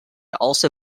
also